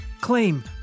claim